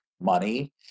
money